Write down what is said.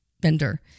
vendor